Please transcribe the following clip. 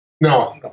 No